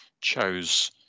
chose